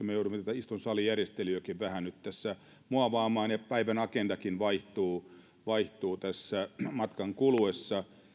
me joudumme tätä istuntosalijärjestelyäkin vähän nyt tässä muovaamaan ja päivän agendakin vaihtuu vaihtuu tässä matkan kuluessa